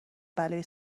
بلایی